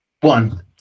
One